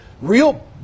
real